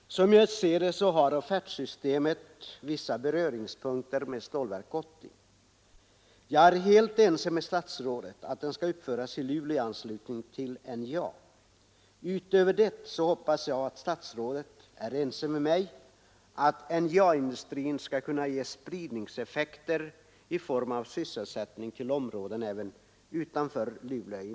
Som jag ser det har offertsystemet vissa beröringspunkter med Stålverk 80. Jag är helt ense med statsrådet att det skall uppföras i Luleå i anslutning till NJA. Utöver det hoppas jag att statsrådet är ense med mig att NJA-industrin skall kunna ge spridningseffekter i form av sysselsättning till områden även utanför Luleå.